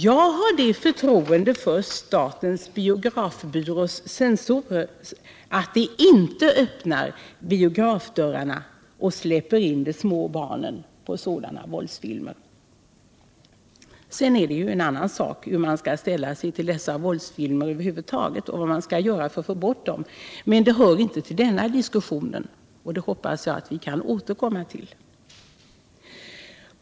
Jag har det förtroendet för statens biografbyrås censorer att de inte öppnar biografdörrarna och släpper in de små barnen på våldsfilmer. Sedan är det en annan sak hur man skall ställa sig till våldsfilmerna över huvud taget och hur man skall göra för att få bort dem, men det hör inte till denna diskussion. Den frågan hoppas jag att vi kan få återkomma till.